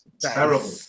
Terrible